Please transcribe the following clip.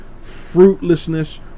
fruitlessness